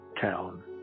town